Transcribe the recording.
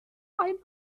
ein